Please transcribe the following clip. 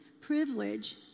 privilege